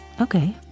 Okay